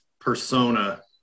persona